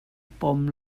pom